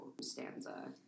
stanza